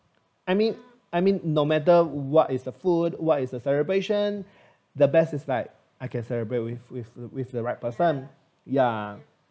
I mean I mean no matter what is the food what is the celebration the best is like I can celebrate with with the right person ya